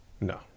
No